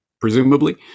presumably